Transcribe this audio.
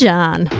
John